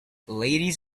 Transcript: ladies